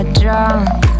drunk